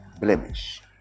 blemish